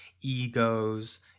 egos